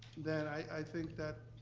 that i think that,